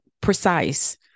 precise